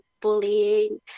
bullying